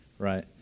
Right